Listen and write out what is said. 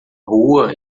rua